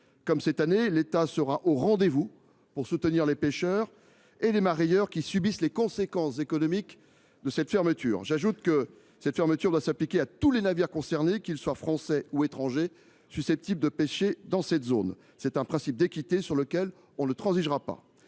Comme cette année, l’État sera au rendez vous pour soutenir les pêcheurs et les mareyeurs qui subissent les conséquences économiques de cette fermeture. J’ajoute que ladite fermeture doit s’appliquer à tous les navires, qu’ils soient français ou étrangers, susceptibles de pêcher dans cette zone. Il y va d’un principe d’équité sur lequel nous ne transigerons pas.